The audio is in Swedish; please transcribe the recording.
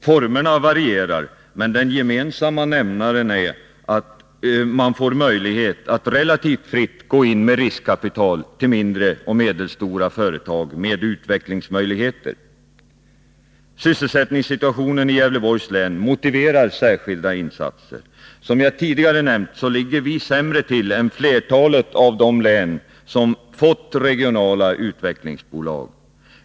Formerna varierar, men den gemensamma nämnaren är att man får möjlighet att relativt fritt gå in med riskkapital till mindre och medelstora företag med utvecklingsmöjligheter. é. Sysselsättningssituationen i Gävleborgs län motiverar särskilda insatser. Som jag tidigare nämnt, ligger vi sämre till än flertalet av de län som fått regionala utvecklingsbolag.